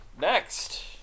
next